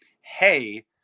Hey